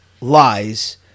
lies